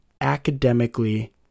academically